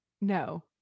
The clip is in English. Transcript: No